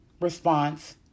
response